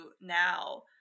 now